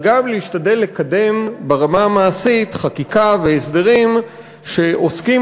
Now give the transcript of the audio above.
גם להשתדל לקדם ברמה המעשית חקיקה והסדרים שעוסקים